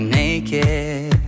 naked